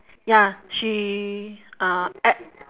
ya she uh add